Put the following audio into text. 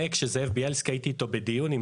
כשהייתי עם זאב בילסקי בדיון,